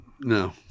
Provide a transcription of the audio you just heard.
no